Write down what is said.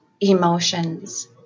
emotions